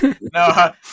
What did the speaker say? no